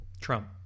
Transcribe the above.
Trump